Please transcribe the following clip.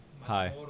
Hi